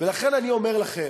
לכן אני אומר לכם,